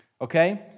okay